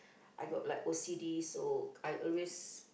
I got like O_C_D so I always